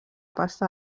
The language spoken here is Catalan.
pasta